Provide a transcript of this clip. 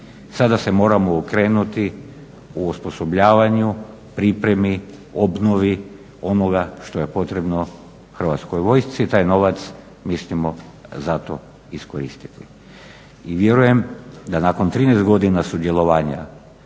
sada se moramo okrenuti osposobljavanju, pripremi, obnovi onoga što je potrebno Hrvatskoj vojsci, taj novac mislimo za to iskoristiti. I vjerujem da nakon 13 godina sudjelovanja